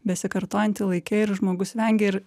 besikartojanti laike ir žmogus vengia ir